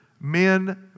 men